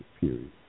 period